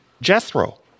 Jethro